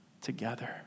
together